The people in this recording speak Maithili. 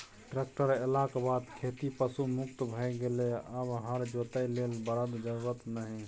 ट्रेक्टर एलाक बाद खेती पशु मुक्त भए गेलै आब हर जोतय लेल बरद जरुरत नहि